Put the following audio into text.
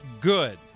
good